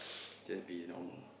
just be normal